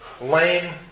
lame